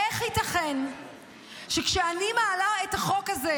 איך ייתכן שכשאני מעלה את החוק הזה,